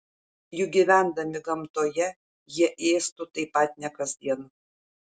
juk gyvendami gamtoje jie ėstų taip pat ne kasdien